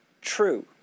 true